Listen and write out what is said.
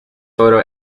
photo